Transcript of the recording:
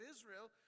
Israel